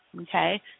okay